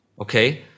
okay